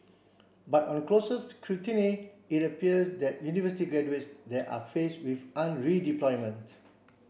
but on closer scrutiny it appears that university graduates there are face with underemployment